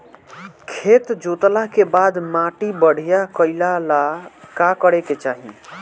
खेत जोतला के बाद माटी बढ़िया कइला ला का करे के चाही?